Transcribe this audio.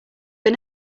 but